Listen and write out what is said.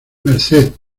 merced